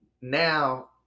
now